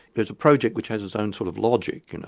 there's a project which has its own sort of logic. you know